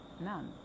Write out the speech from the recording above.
None